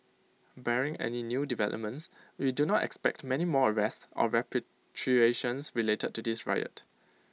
barring any new developments we do not expect many more arrests or repatriations related to this riot